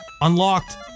unlocked